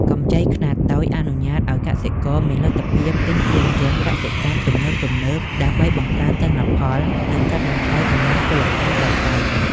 កម្ចីខ្នាតតូចអនុញ្ញាតឱ្យកសិករមានលទ្ធភាពទិញគ្រឿងយន្តកសិកម្មទំនើបៗ ដើម្បីបង្កើនទិន្នផល និងកាត់បន្ថយកម្លាំងពលកម្មដោយដៃ។